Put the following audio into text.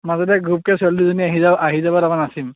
মাজতে গ্ৰুপকৈ ছোৱলী দুজনী আহি যাব আহি যাব তাৰপৰা নাচিম